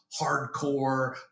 hardcore